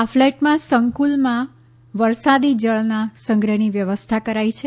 આ ફ્લેટ સંકુલમાં વરસાદી જળના સંગ્રહની વ્યવસ્થા કરાઈ છે